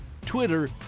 Twitter